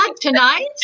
Tonight